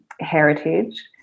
heritage